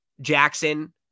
Jackson